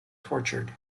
tortured